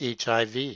HIV